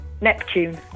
Neptune